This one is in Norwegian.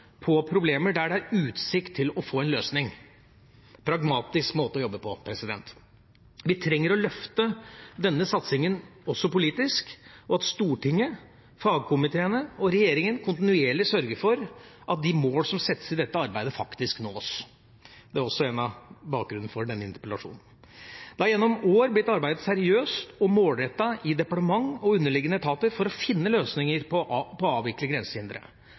på problemer der det er utsikt til å få en løsning – en pragmatisk måte å jobbe på. Vi trenger å løfte denne satsinga også politisk og at Stortinget, fagkomiteene og regjeringa kontinuerlig sørger for at de mål som settes i dette arbeidet, faktisk nås. Det er også noe av bakgrunnen for denne interpellasjonen. Det har gjennom år blitt arbeidet seriøst og målrettet i departement og underliggende etater for å finne løsninger for å avvikle grensehindre.